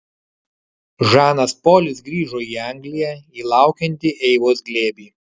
žanas polis grįžo į angliją į laukiantį eivos glėbį